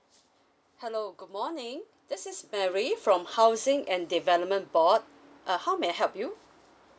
hello good morning this is mary from housing and development board uh how may I help you